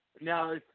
now